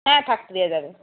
হ্যাঁ থাকতে দেওয়া যাবে